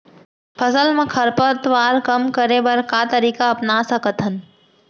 फसल मा खरपतवार कम करे बर का तरीका अपना सकत हन?